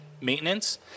maintenance